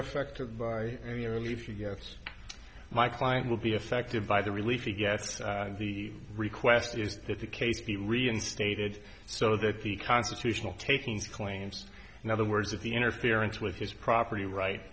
affected by the earlier if you yes my client will be affected by the relief he gets the request is that the case be reinstated so that the constitutional takings claims in other words that the interference with his property right